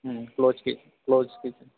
close कि close kitchen